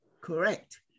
Correct